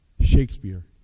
Shakespeare